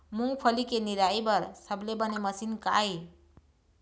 मूंगफली के निराई बर सबले बने मशीन का ये?